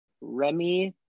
Remy